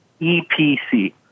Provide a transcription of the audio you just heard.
EPC